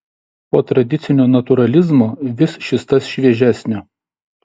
po tradicinio natūralizmo vis šis tas šviežesnio